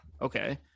Okay